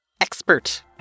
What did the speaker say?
expert